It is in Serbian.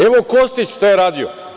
Evo Kostić šta je radio.